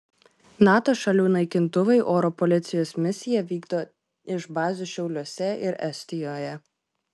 nato šalių naikintuvai oro policijos misiją vykdo iš bazių šiauliuose ir estijoje